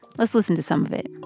let's listen to some of it